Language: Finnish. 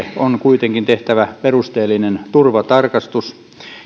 on kuitenkin tehtävä perusteellinen turvatarkastus